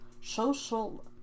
Social